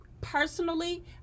personally